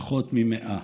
פחות מ-100,